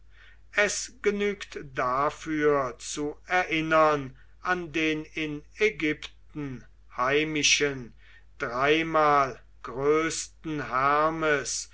es genügt dafür zu erinnern an den in ägypten heimischen dreimal größten hermes